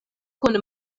kun